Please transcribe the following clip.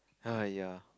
!aiya!